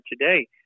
today